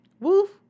woof